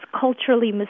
culturally